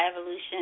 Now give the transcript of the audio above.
Evolution